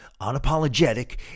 unapologetic